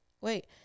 wait